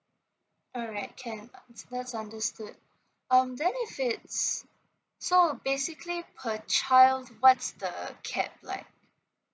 alright can that's understood um then if it's so basically her child what's the cap like